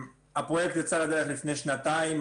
הפרויקט יצא לדרך לפני שנתיים.